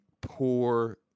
poor